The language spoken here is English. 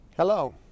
Hello